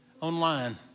online